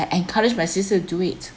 encouraged my sister to do it